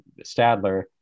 Stadler